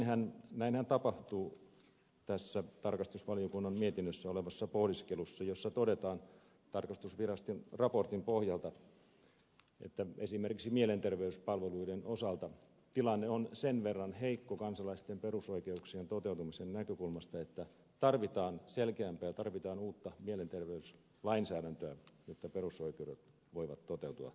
näinhän tapahtuu tässä tarkastusvaliokunnan mietinnössä olevassa pohdiskelussa jossa todetaan tarkastusviraston raportin pohjalta että esimerkiksi mielenterveyspalveluiden osalta tilanne on sen verran heikko kansalaisten perusoikeuksien toteutumisen näkökulmasta että tarvitaan selkeämpää ja tarvitaan uutta mielenterveyslainsäädäntöä jotta perusoikeudet voivat toteutua